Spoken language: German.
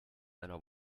einer